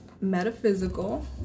Metaphysical